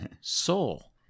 Soul